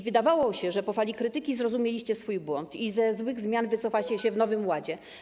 Wydawało się, że po fali krytyki zrozumieliście swój błąd i ze złych zmian wycofacie się w Nowym Ładzie.